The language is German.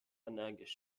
energisch